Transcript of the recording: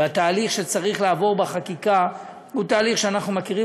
והתהליך שצריך לעבור בחקיקה הוא תהליך שאנחנו מכירים,